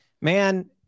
Man